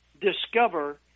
discover